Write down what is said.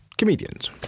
Comedians